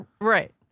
right